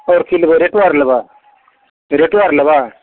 आओर की लेबै रेटो आर लेबै रेटो आर लेबै